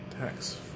Tax